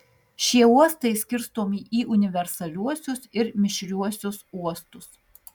šie uostai skirstomi į universaliuosius ir mišriuosius uostus